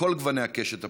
מכל גווני הקשת הפוליטית,